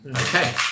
Okay